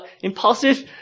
impulsive